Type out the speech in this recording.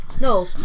No